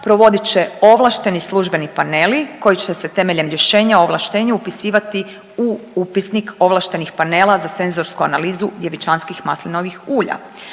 provodit će ovlašteni službeni paneli koji će se temeljem rješenje o ovlaštenju upisivati u upisnik ovlaštenih panela za senzorsku analizu djevičanskih maslinovih ulja.